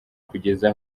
kugeza